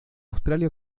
australia